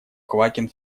квакин